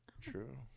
True